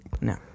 no